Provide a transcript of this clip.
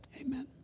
Amen